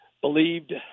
believed